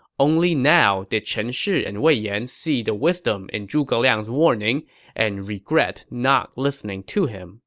only now did chen shi and wei yan see the wisdom in zhuge liang's warning and regret not listening to him